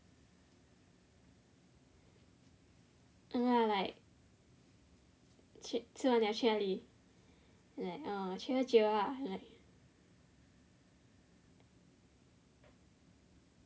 er ya like 吃完了去哪里 ah orh like 去喝酒啊 lah